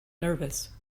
nervous